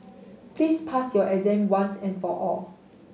please pass your exam once and for all